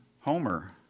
Homer